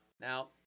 Now